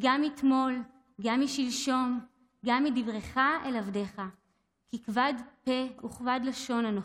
גם מתמול גם משלשם גם מאז דברך אל עבדך כי כבד וכבד לשון אנכי".